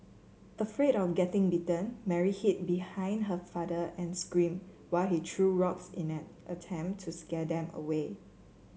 afraid of getting bitten Mary hid behind her father and screamed while he threw rocks in an attempt to scare them away